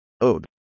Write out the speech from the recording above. ODE